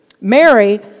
Mary